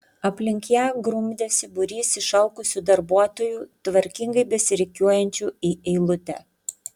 aplink ją grumdėsi būrys išalkusių darbuotojų tvarkingai besirikiuojančių į eilutę